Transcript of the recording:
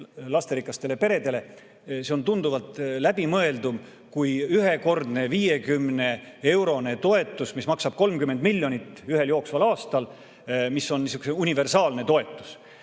lasterikastele peredele. See on tunduvalt läbimõeldum kui ühekordne 50‑eurone toetus, mis maksab 30 miljonit ühel jooksval aastal ja mis on universaalne toetus.